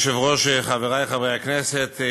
אדוני היושב-ראש, חברי חברי הכנסת,